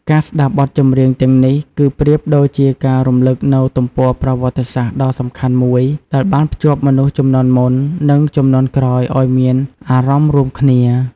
ការស្តាប់បទចម្រៀងទាំងនេះ គឺប្រៀបដូចជាការរំឭកនូវទំព័រប្រវត្តិសាស្ត្រដ៏សំខាន់មួយ ដែលបានភ្ជាប់មនុស្សជំនាន់មុន និងជំនាន់ក្រោយឲ្យមានអារម្មណ៍រួមគ្នា។